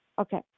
Okay